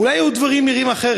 אולי דברים היו נראים אחרת.